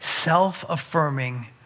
self-affirming